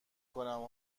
کنم